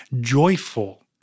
joyful